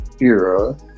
era